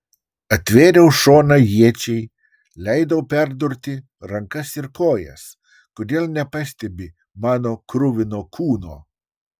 atvėriau šoną iečiai leidau perdurti rankas ir kojas kodėl nepastebi mano kruvino kūno